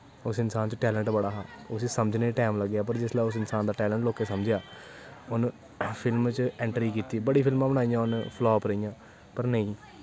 उस इंसान च टैलेंट बड़ा हा उस्सी समझने गी टैम लग्गे पर जिसलै उस दा टैलेंट लोकें समझेआ उन्न फिल्म च ऐन्ट्री कीती बड़ी फिल्मां बनाइयै उ'नें फ्लॉप रेहियां पर नेईं